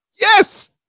Yes